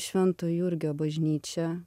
švento jurgio bažnyčia